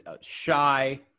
shy